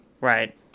Right